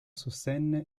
sostenne